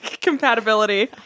compatibility